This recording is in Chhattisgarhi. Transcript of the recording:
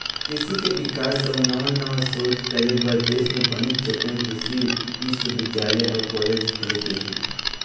कृषि के बिकास अउ नवा नवा सोध करे बर देश म बनेच अकन कृषि बिस्वबिद्यालय अउ कॉलेज खोले गे हे